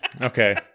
Okay